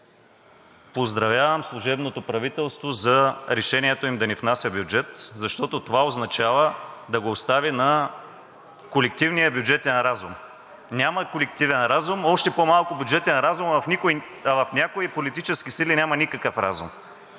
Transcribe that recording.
Поздравявам служебното правителство за решението му да не внася бюджет, защото това означава да го остави на колективния бюджетен разум. Няма колективен разум, още по-малко бюджетен разум, а в някои политически сили няма никакъв разум!